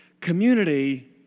Community